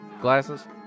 Glasses